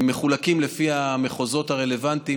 מחולקים לפי המחוזות הרלוונטיים.